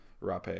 RAPE